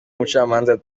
umucamanza